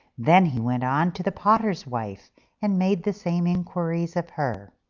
then he went on to the potter's wife and made the same inquiries of her.